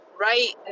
right